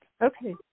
Okay